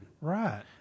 Right